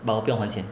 but 我不用还钱